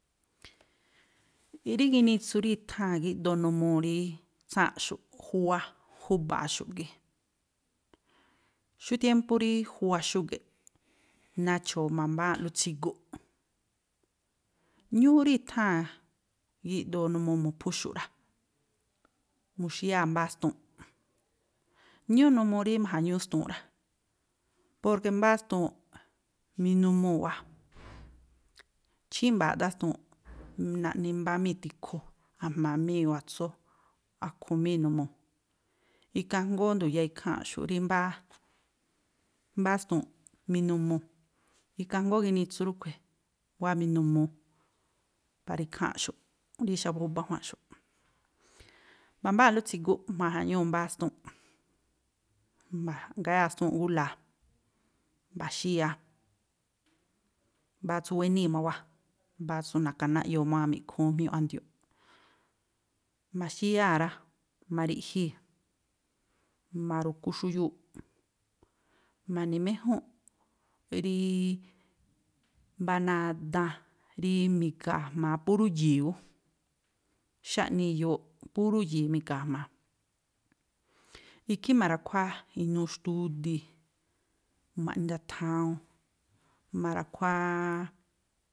Rí ginitsu rí i̱tháa̱n gíꞌdoo numuu rí tsáa̱nꞌxu̱ꞌ júwá júba̱axu̱ꞌ gii̱. Xú tiémpú rííí juwa xúgi̱ꞌ, nacho̱o̱ ma̱mbáa̱nꞌlú tsiguꞌ. Ñúúꞌ rí i̱tháa̱n gíꞌdoo numuu mu̱phú xu̱ꞌ rá, mu̱xíyáa̱ mbáá stuunꞌ. Ñúúꞌ numuu rí ma̱ja̱ñúú stuunꞌ rá, porke mbáá stuunꞌ minumuu̱ wáa̱, chímba̱a̱ aꞌdá stuunꞌ, naꞌni mbá míi̱ ti̱khu, a̱jma̱ míi̱ o̱ atsú, akhu̱ míi̱ numuu̱, ikhaa jngóó ndu̱ya̱a ikháa̱nꞌxu̱ꞌ rí mbáá, mbáá stuunꞌ minumuu̱, ikhaa jngóó ginitsu rúꞌkhui̱ wáa̱ minumuu para ikháa̱nꞌxu̱ꞌ rí xa̱bu̱ khúbá ñajuanꞌxu̱ꞌ. Ma̱mbáa̱nꞌlú tsiguꞌ ma̱ja̱ñúú mbáá stuunꞌ, ma̱ꞌgáyáa̱ stuunꞌ gúla̱a, mba̱xíyáa̱, mbáá tsú wéníi̱ má wáa̱, mbáá tsú na̱ka̱náꞌyoo má wáa̱ mi̱ꞌkhúún jmiúꞌ a̱ndiu̱nꞌ. Ma̱xíyáa̱ rá, ma̱riꞌjii̱, ma̱ru̱ku xuyuu̱ꞌ, ma̱ni̱méjúnꞌ, rííí mbá náa̱ daan, rí mi̱ga̱ jma̱a púrú yi̱i̱ ú. Xáꞌni iyooꞌ, púrú yi̱i̱ mi̱ga̱a̱ jma̱a, ikhí ma̱ra̱khuáá inúú xtúdii, mu maꞌni ndathawuun, ma̱ra̱khuáá.